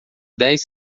dez